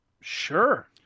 Sure